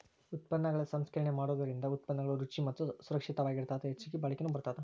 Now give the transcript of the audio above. ಉತ್ಪನ್ನಗಳ ಸಂಸ್ಕರಣೆ ಮಾಡೋದರಿಂದ ಉತ್ಪನ್ನಗಳು ರುಚಿ ಮತ್ತ ಸುರಕ್ಷಿತವಾಗಿರತ್ತದ ಹೆಚ್ಚಗಿ ಬಾಳಿಕೆನು ಬರತ್ತದ